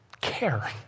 care